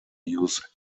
use